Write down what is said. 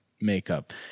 makeup